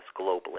globally